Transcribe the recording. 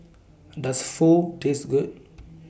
Does Pho Taste Good